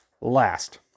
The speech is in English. last